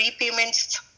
repayments